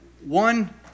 One